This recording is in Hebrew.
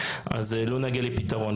אז לא נגיע לפתרון.